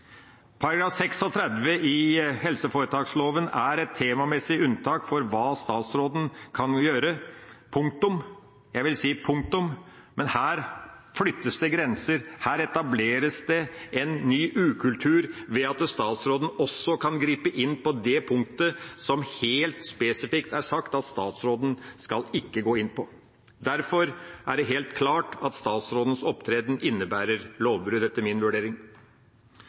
Paragraf 36 i helseforetaksloven er et temamessig unntak for hva statsråden kan gjøre – punktum, jeg vil si punktum. Men her flyttes det grenser, her etableres det en ny ukultur ved at statsråden også kan gripe inn på det punktet som det helt spesifikt er sagt at statsråden ikke skal gå inn på. Derfor er det helt klart at statsrådens opptreden innebærer lovbrudd, etter min vurdering.